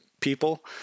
people